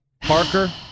Parker